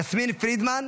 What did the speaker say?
יסמין פרידמן,